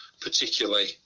particularly